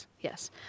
Yes